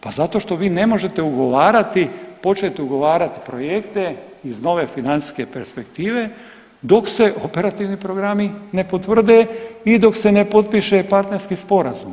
Pa zato što vi ne možete ugovarati, početi ugovarati projekte iz nove financijske perspektive dok se operativni programi ne potvrde i dok se ne potpiše partnerski sporazum.